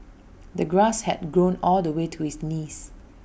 the grass had grown all the way to his knees